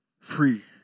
free